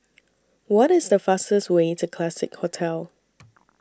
What IS The fastest Way to Classique Hotel